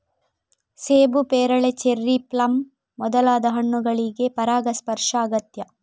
ಸೇಬು, ಪೇರಳೆ, cherry, plum ಮೊದಲಾದ ಹಣ್ಣುಗಳಿಗೆ ಪರಾಗಸ್ಪರ್ಶ ಅಗತ್ಯ